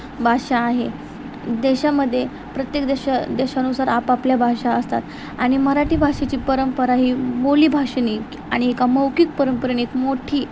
भाषा आहे देशामध्ये प्रत्येक देशा देशानुसार आपापल्या भाषा असतात आणि मराठी भाषेची परंपरा ही बोली भाषेने आणि एका मौखिक परंपरेने एक मोठी